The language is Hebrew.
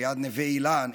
ליד נווה אילן,